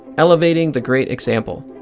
elevating the great example.